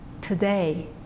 today